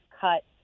cut